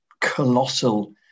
colossal